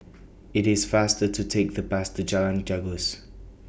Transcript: IT IS faster to Take The Bus to Jalan